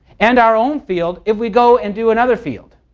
and our own field if we go and do another field.